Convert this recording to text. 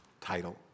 title